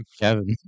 Kevin